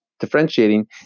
differentiating